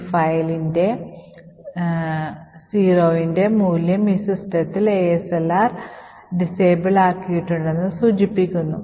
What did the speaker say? ഈ ഫയലിലെ 0 ന്റെ മൂല്യം ഈ സിസ്റ്റത്തിൽ ASLR അപ്രാപ്തമാക്കിയിട്ടുണ്ടെന്ന് സൂചിപ്പിക്കുന്നു